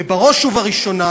ובראש ובראשונה,